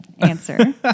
Answer